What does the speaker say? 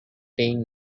pain